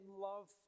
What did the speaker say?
love